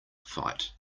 fight